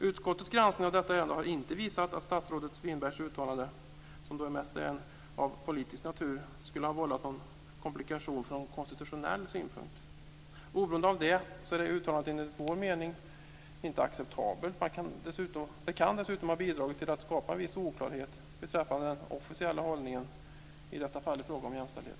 Utskottets granskning av detta ärende har inte visat att statsrådet Winbergs uttalande, som huvudsakligen är av politisk natur, skulle ha vållat komplikationer från konstitutionell synpunkt. Oberoende av det är uttalandet, enligt vår mening, inte acceptabelt. Det kan dessutom ha bidragit till att skapa viss oklarhet beträffande den officiella hållningen i fråga om jämställdhet.